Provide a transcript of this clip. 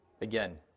again